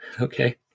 Okay